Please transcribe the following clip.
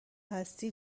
هستی